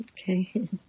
Okay